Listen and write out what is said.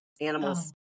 animals